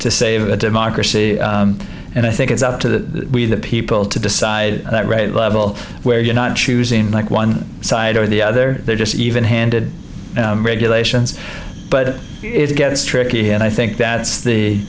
to save a democracy and i think it's up to the we the people to decide that right level where you're not choosing like one side or the other they're just even handed regulations but it gets tricky and i think that